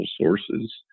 sources